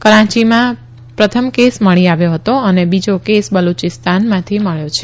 કરાંચીમાં પ્રથમ કેસ મળી આવ્યો હતો તથા બીજો કેસ બલુચિસ્તાનમાંથી મબ્યો છે